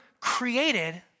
created